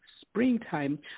springtime